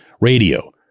radio